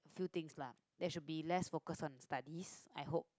few things lah there should be less focus on studies I hope